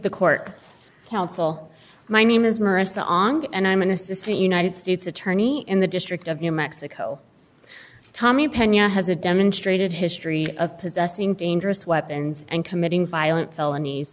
the court counsel my name is maria song and i'm an assistant united states attorney in the district of new mexico tommy penya has a demonstrated history of possessing dangerous weapons and committing violent felonies